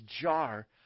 jar